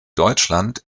deutschland